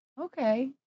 Okay